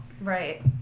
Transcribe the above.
Right